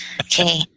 Okay